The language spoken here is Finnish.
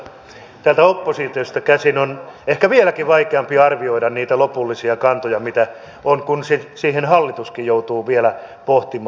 itse asiassa täältä oppositiosta käsin on ehkä vieläkin vaikeampi arvioida niitä lopullisia kantoja mitä on kun sitä hallituskin joutuu vielä pohtimaan